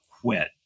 quit